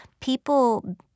people